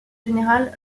général